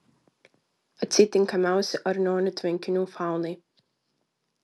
atseit tinkamiausi arnionių tvenkinių faunai